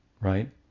right